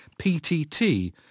PTT